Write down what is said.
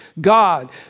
God